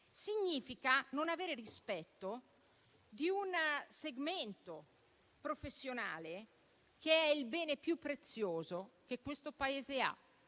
significa che non ha rispetto per un segmento professionale che è il bene più prezioso che questo Paese ha